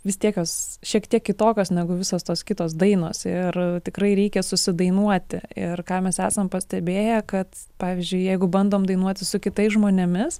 vis tiek jos šiek tiek kitokios negu visos tos kitos dainos ir tikrai reikia susidainuoti ir ką mes esam pastebėję kad pavyzdžiui jeigu bandom dainuoti su kitais žmonėmis